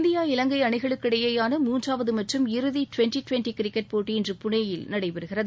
India இவங்கை அணிகளுக்கிடையிவான மூன்றாவது மற்றும் இறுதி டிவென்டி டிவென்டி கிரிக்கெட் போட்டி இன்று புனேயில் நடைபெறுகிறது